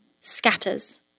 scatters